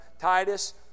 Titus